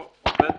או עובד